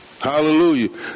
Hallelujah